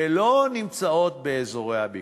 ולא נמצאות באזורי הביקוש.